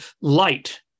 Light